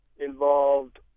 involved